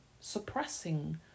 suppressing